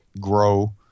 Grow